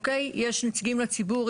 יש נציגים לציבור,